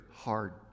hard